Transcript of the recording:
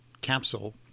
capsule